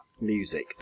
music